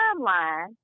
timeline